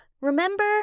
remember